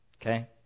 Okay